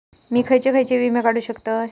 मी खयचे खयचे विमे काढू शकतय?